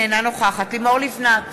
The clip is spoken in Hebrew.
אינה נוכחת לימור לבנת,